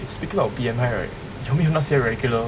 speaking of B_M_I right 有没有那些 regular